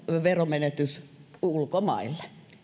veromenetys ulkomaille